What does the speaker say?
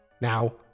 Now